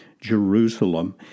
Jerusalem